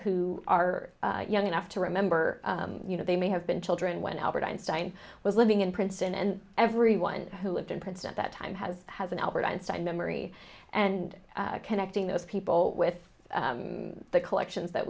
who are young enough to remember you know they may have been children when albert einstein was living in princeton and everyone who lived in princeton that time has has an albert einstein memory and connecting those people with the collections